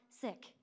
sick